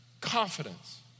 confidence